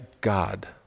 God